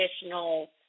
additional